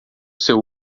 seu